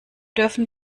dürfen